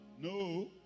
No